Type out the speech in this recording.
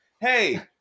Hey